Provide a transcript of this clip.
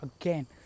again